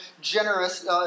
generous